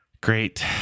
great